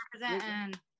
representing